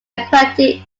aquatic